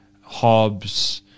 Hobbes